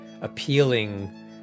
appealing